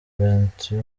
bentiu